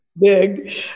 big